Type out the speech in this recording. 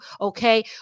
okay